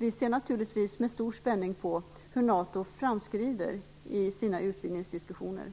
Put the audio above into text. Vi ser naturligtvis med stor spänning på hur NATO framskrider i sina utvidgningsdiskussioner.